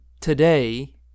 today